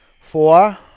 Four